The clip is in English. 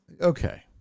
Okay